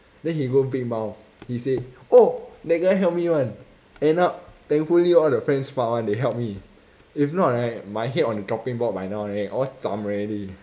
then he go big mouth he said oh that guy help me [one] end up thankfully all the friends smart [one] they help me if not right my head on the chopping board by now already all zham already